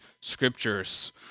scriptures